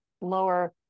lower